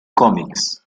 comics